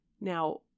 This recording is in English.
Now